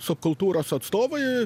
subkultūros atstovai